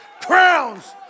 crowns